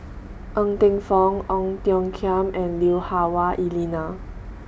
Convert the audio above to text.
Ng Teng Fong Ong Tiong Khiam and Lui Hah Wah Elena